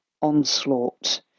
onslaught